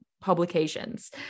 publications